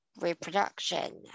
reproduction